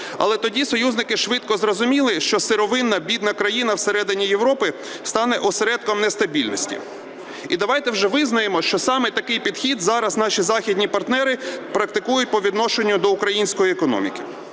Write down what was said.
Але тоді союзники швидко зрозуміли, що сировинна бідна країна всередині Європи стане осередком нестабільності. І давайте вже визнаємо, що саме такий підхід зараз наші західні партнери практикують по відношенню до української економіки,